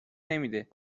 نمیده